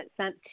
sent